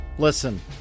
listen